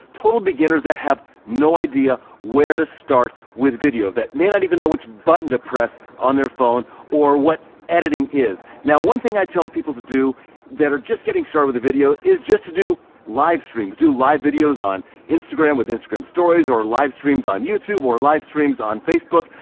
total beginners that have no idea where to start with video that may not even know which button to press on their phone or what editing is. now one thing i tell people to do that are just getting started with a video is just to do live streams, do live videos on instagram with instagram stories or live streams on youtube or live streams on facebook,